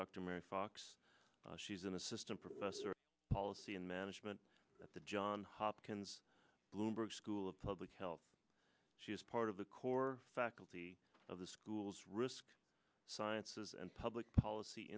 dr mary fox she's an assistant professor of policy and management at the johns hopkins bloomberg school of public health she is part of the core faculty of the school's risk sciences and public policy